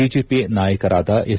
BJP ನಾಯಕರಾದ S